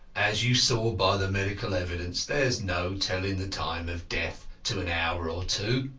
as you saw by the medical evidence, there is no telling the time of death to an hour or two.